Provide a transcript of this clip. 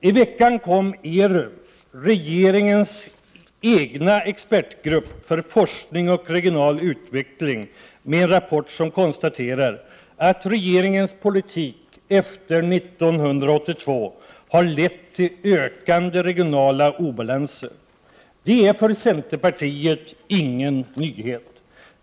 I veckan kom ERU - regeringens egen expertgrupp för forskning och regional utveckling — med en rapport, i vilken konstateras att regeringens politik efter 1982 har lett till ökade regionala obalanser. Det är för centerpartiet ingen nyhet.